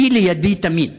היי לידי תמיד.